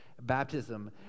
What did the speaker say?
baptism